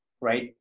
right